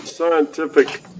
scientific